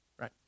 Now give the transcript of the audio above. Right